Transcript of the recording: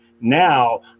now